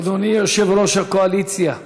אדוני יושב-ראש הקואליציה,